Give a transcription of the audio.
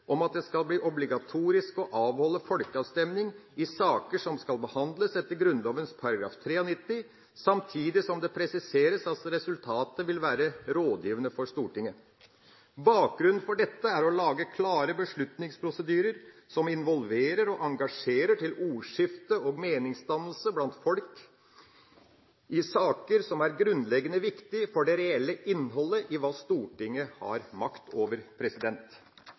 om at det skal bli obligatorisk å avholde folkeavstemning i saker som skal behandles etter Grunnloven § 93, samtidig som det presiseres at resultatet vil være rådgivende for Stortinget. Bakgrunnen for dette er å lage klare beslutningsprosedyrer som involverer og engasjerer til ordskifte og meningsdannelse blant folk i saker som er grunnleggende viktige for det reelle innholdet i hva Stortinget har makt over.